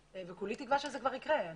כולי תקווה שזה כבר יקרה.